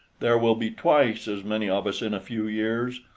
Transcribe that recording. there will be twice as many of us in a few years,